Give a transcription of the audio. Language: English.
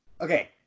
Okay